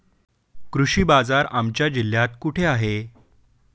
कृषी बाजार आमच्या जिल्ह्यात कुठे आहे?